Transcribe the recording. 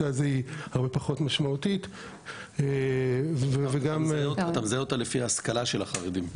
הזה היא הרבה פחות משמעותית --- אתה מזהה אותה לפי ההשכלה של החרדים?